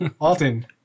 Alton